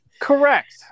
Correct